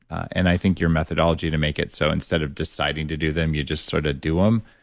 and i think your methodology to make it so instead of deciding to do them, you just sort of do them,